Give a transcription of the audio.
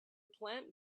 plant